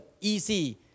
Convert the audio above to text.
easy